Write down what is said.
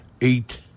eight